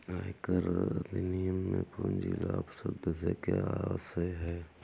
आयकर अधिनियम में पूंजी लाभ शब्द से क्या आशय है?